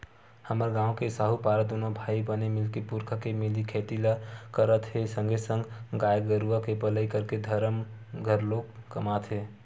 हमर गांव के साहूपारा दूनो भाई बने मिलके पुरखा के मिले खेती ल करत हे संगे संग गाय गरुवा के पलई करके धरम घलोक कमात हे